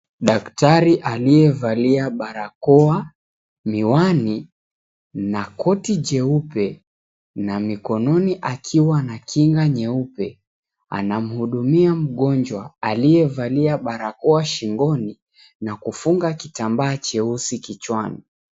Daktari aliyevalia barakoa, miwani na koti jeupe na mikononi akiwa na kinga nyeupe anamhudumia mgonjwa aliyevalia barakoa shingoni na kufunga kitambaa cheusi kichwani.